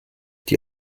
die